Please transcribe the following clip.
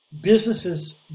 businesses